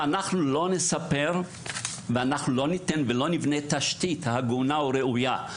אנחנו צריכים לספר, ולבנות תשתית הגונה וראויה.